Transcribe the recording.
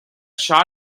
sha